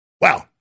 Wow